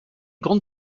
grande